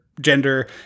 gender